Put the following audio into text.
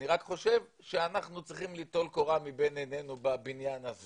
אני רק חושב שאנחנו צריכים ליטול קורה מבין עינינו בבניין הזה